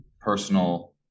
personal